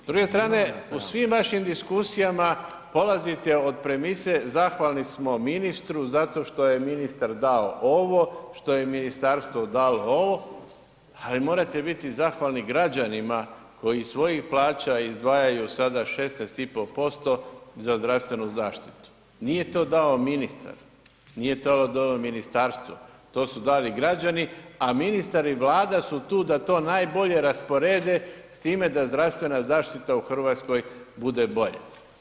S druge strane u svim vašim diskusijama polazite od premise zahvalni smo ministru zato što je ministar dao ovo, što je ministarstvo dalo ovo, ali morate biti i zahvalni građanima koji iz svojih plaća izdvajaju sada 16,5% za zdravstvenu zaštitu, nije to dao ministar, nije to dalo ministarstvo, to su dali građani, a ministar i Vlada su tu da to najbolje rasporede s time da zdravstvena zaštita u RH bude bolja.